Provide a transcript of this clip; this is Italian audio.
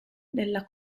della